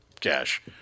cash